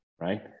right